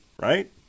right